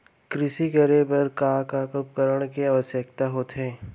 कृषि करे बर का का उपकरण के आवश्यकता होथे?